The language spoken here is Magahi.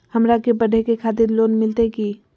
हमरा के पढ़े के खातिर लोन मिलते की?